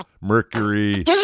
Mercury